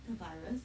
the virus